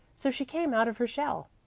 so she came out of her shell.